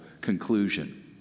conclusion